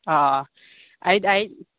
ꯑꯥ ꯑꯩꯠ ꯑꯩꯠ